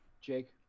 Jake